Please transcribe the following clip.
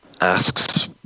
asks